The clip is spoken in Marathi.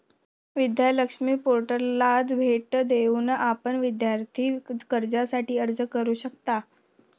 विद्या लक्ष्मी पोर्टलला भेट देऊन आपण विद्यार्थी कर्जासाठी अर्ज करू शकता